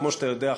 כמו שאתה יודע,